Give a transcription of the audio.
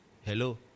Hello